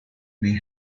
may